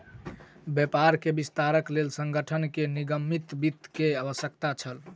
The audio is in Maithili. व्यापार के विस्तारक लेल संगठन के निगमित वित्त के आवश्यकता छल